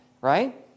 right